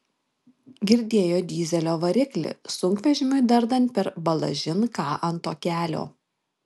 girdėjo dyzelio variklį sunkvežimiui dardant per balažin ką ant to kelio